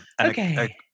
Okay